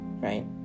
right